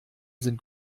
sind